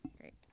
Great